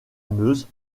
meuse